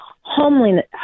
homelessness